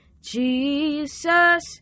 Jesus